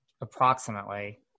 approximately